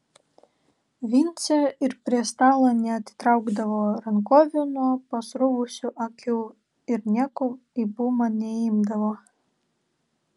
vincė ir prie stalo neatitraukdavo rankovių nuo pasruvusių akių ir nieko į bumą neimdavo